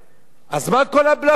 אז מה כל הבלוף הזה?